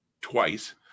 twice